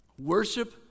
Worship